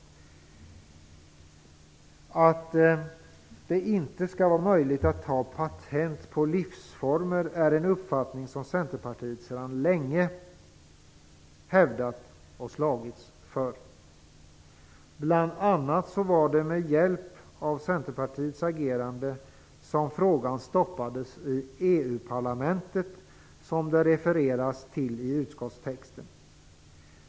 Att det inte skall vara möjligt att ta patent på livsformer är en uppfattning som Centerpartiet sedan länge hävdat och slagits för. Bl.a var det med hjälp av Centerpartiets agerande som frågan stoppades i EU parlamentet, som det refereras till i utskottstexten.